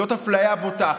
זאת אפליה בוטה.